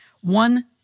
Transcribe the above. One